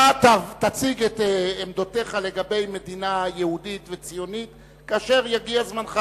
אתה תציג את עמדותיך לגבי מדינה יהודית וציונית כאשר יגיע זמנך.